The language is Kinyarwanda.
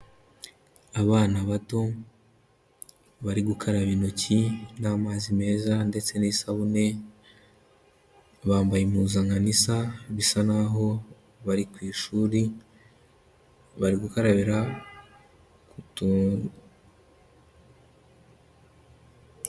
Abana bato bari gukaraba intoki n'amazi meza ndetse n'isabune, bambaye impuzankano isa, bisa naho bari ku ishuri bari gukarabira ku tuntu.